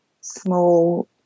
small